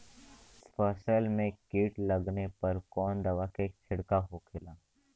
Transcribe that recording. फसल में कीट लगने पर कौन दवा के छिड़काव होखेला?